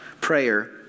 prayer